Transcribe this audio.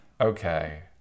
okay